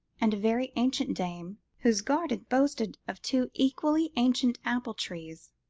and a very ancient dame whose garden boasted of two equally ancient apple-trees,